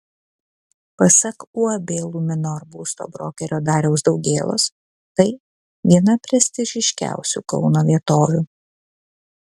pasak uab luminor būsto brokerio dariaus daugėlos tai viena prestižiškiausių kauno vietovių